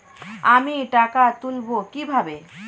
আমি টাকা তুলবো কি ভাবে?